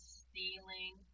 stealing